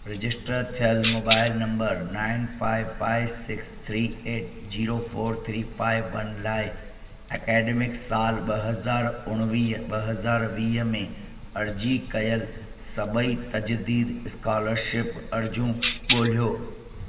register थियल mobile number nine five five six three eight zero four three five one लाइ academic साल ॿ हज़ार उणिवीह ॿ हज़ार वीह में अर्ज़ी कयल सभई तजदीद स्कोलरशिप अर्ज़ियूं ॻोल्हियो